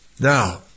Now